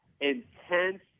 intense